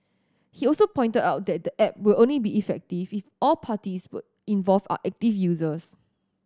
he also pointed out that the app will only be effective if all parties would involved are active users